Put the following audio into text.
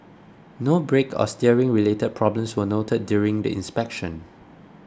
no brake or steering related problems were noted during the inspection